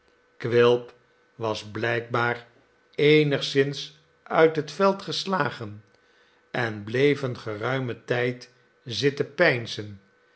quilp was blijkbaar eenigszins uit het veld geslagen en bleef een geruimen tijd zitten